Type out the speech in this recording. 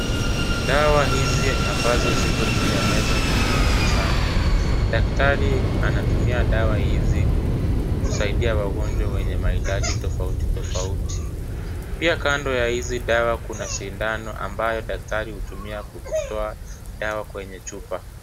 Dawa hizi ambazo ziko juu ya meza ni muhimu sana. Daktari anatumia dawa hizi kusaidia wagonjwa wenye mahitaji tofauti tofauti. Pia kando ya hizi dawa kuna sindano ambayo daktari hutumia kutoa dawa kwenye chupa.